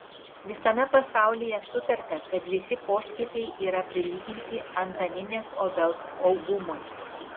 visame pasaulyje sutarta kad visi poskiepiai yra prilyginti antaninės obels augumui